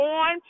on